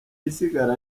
isigara